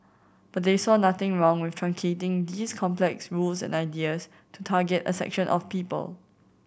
but they saw nothing wrong with truncating these complex rules and ideas to target a section of people